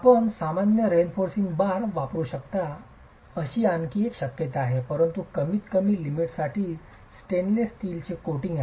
आपण सामान्य reinforcing bar वापरू शकता अशी आणखी एक शक्यता आहे परंतु कमीतकमी मिलिमीटरसाठी स्टेनलेस स्टीलचे कोटिंग आहे